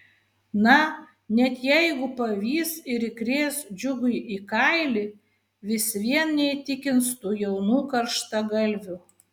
na net jeigu pavys ir įkrės džiugui į kailį vis vien neįtikins tų jaunų karštagalvių